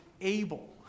able